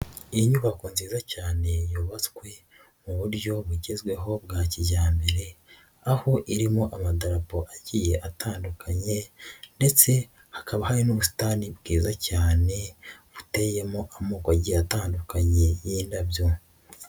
Inyubako nziza cyane yubatswe mu buryo bugezweho bwa kijyambere, aho irimo amadarapo agiye atandukanye ndetse hakaba hari n'ubutani bwiza cyane, buteyemo amoko agiye atandukanye y'indabyo.